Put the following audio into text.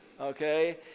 okay